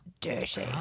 dirty